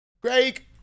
Greg